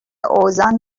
اوزان